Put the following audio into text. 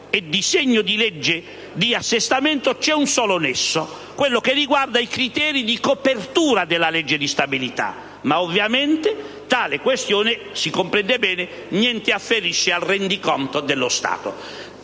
e disegno di legge di assestamento c'è un solo nesso: quello che riguarda i criteri di copertura della legge di stabilità. Ma ovviamente tale questione - come è facilmente comprensibile - in niente afferisce al rendiconto dello Stato: